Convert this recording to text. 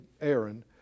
Aaron